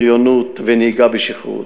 בריונות ונהיגה בשכרות.